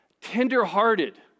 Tenderhearted